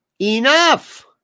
enough